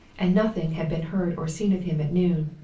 and nothing had been heard or seen of him at noon,